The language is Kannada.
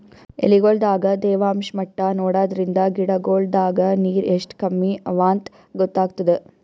ಎಲಿಗೊಳ್ ದಾಗ ತೇವಾಂಷ್ ಮಟ್ಟಾ ನೋಡದ್ರಿನ್ದ ಗಿಡಗೋಳ್ ದಾಗ ನೀರ್ ಎಷ್ಟ್ ಕಮ್ಮಿ ಅವಾಂತ್ ಗೊತ್ತಾಗ್ತದ